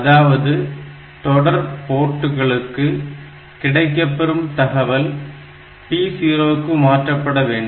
அதாவது தொடர் போர்ட்டுக்கு கிடைக்கப்பெறும் தகவல் P0 க்கு மாற்றப்பட வேண்டும்